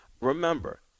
Remember